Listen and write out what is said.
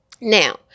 Now